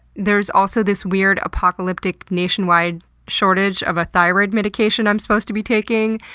there's also this weird, apocalyptic, nationwide shortage of a thyroid medication i'm supposed to be taking.